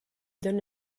donne